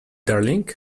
darling